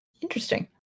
Interesting